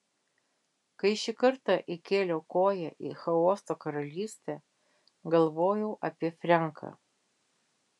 kai šį kartą įkėliau koją į chaoso karalystę galvojau apie frenką